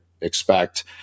expect